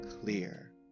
clear